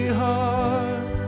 heart